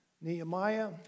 Nehemiah